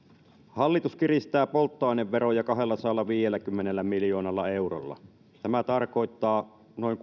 hallitus kiristää polttoaineveroja kahdellasadallaviidelläkymmenellä miljoonalla eurolla tämä tarkoittaa noin